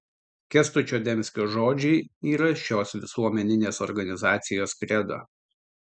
kęstučio demskio žodžiai yra šios visuomeninės organizacijos kredo